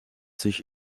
sich